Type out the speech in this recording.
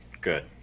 good